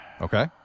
Okay